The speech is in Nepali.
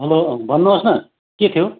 हेलो भन्नुहोस् न के थियो